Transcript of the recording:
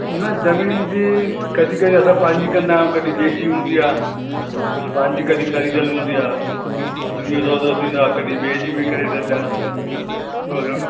न ज़मीन जी कॾहिं कॾहिं असां पंहिंजी कंदा आहियूं कॾहिं ॿिए जी हूंदी आहे कुझु पंहिंजी कॾहिं ख़रीदियल हूंदी आहे उन्ही में सौदो थी वेंदो आहे कॾहिं ॿिए जी करे ॾींदा आहियूं इहो न